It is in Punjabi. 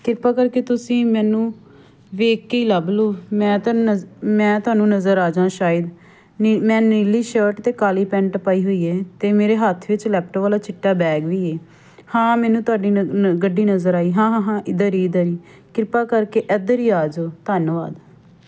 ਕਿਰਪਾ ਕਰਕੇ ਤੁਸੀਂ ਮੈਨੂੰ ਵੇਖ ਕੇ ਹੀ ਲੱਭ ਲਉ ਮੈਂ ਤੁਹਾਨੂੰ ਨਜ਼ ਮੈਂ ਤੁਹਾਨੂੰ ਨਜ਼ਰ ਆ ਜਾਵਾਂ ਸ਼ਾਇਦ ਨੀ ਮੈਂ ਨੀਲੀ ਸ਼ਰਟ ਅਤੇ ਕਾਲੀ ਪੈਂਟ ਪਾਈ ਹੋਈ ਹੈ ਅਤੇ ਮੇਰੇ ਹੱਥ ਵਿੱਚ ਲੈਪਟੋਪ ਵਾਲਾ ਚਿੱਟਾ ਬੈਗ ਵੀ ਹੈ ਹਾਂ ਮੈਨੂੰ ਤੁਹਾਡੀ ਨ ਨ ਗੱਡੀ ਨਜ਼ਰ ਆਈ ਹਾਂ ਹਾਂ ਹਾਂ ਇੱਧਰ ਹੀ ਇੱਧਰ ਹੀ ਕਿਰਪਾ ਕਰਕੇ ਇੱਧਰ ਹੀ ਆ ਜਾਉ ਧੰਨਵਾਦ